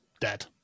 dead